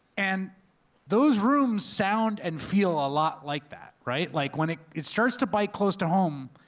and those rooms sound and feel a lot like that, right? like when it it starts to bite close to home,